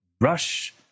rush